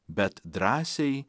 bet drąsiai